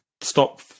stop